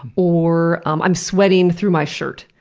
or i'm i'm sweating through my shirt.